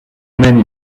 many